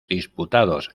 disputados